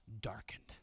darkened